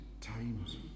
times